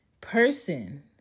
person